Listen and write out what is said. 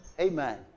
Amen